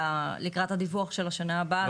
לקראת הדיווח של שנה הבאה.